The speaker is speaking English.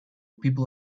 people